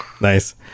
Nice